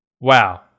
wow